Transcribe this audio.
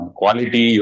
quality